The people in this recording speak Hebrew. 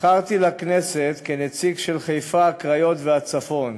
נבחרתי לכנסת כנציג של חיפה, הקריות והצפון.